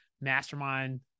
mastermind